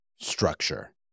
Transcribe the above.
structure